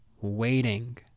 waiting